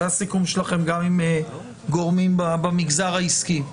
זה הסיכום שלכם גם עם גורמים במגזר העסקי.